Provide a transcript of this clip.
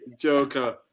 Joker